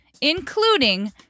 Including